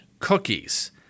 Cookies